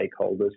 stakeholders